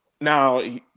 Now